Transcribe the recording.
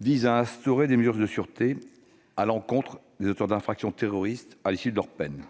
vise à instaurer des mesures de sûreté à l'encontre des auteurs d'infractions terroristes à l'issue de leur peine.